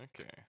Okay